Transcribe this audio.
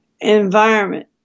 environment